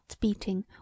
beating